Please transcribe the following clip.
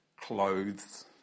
clothes